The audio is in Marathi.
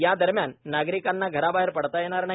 या दरम्यान नागरिकांना धराबाहेर पडता येणार नाही